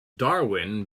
darwin